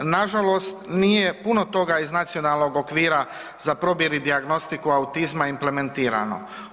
Nažalost, nije puno toga iz Nacionalnog okvira za probir i dijagnostiku autizma implementirano.